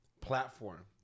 platform